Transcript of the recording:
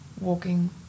walking